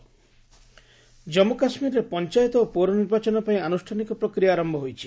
JK council ଜନ୍ମୁ କାଶ୍ମୀରରେ ପଞ୍ଚାୟତ ଓ ପୌର ନିର୍ବାଚନପାଇଁ ଆନ୍ରଷ୍ଠାନିକ ପ୍ରକ୍ରିୟା ଆରମ୍ଭ ହୋଇଛି